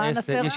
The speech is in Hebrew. למען הסר ספק?